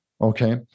Okay